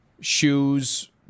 shoes